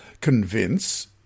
convince